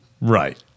Right